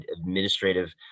administrative